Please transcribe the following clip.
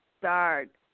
start